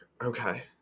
Okay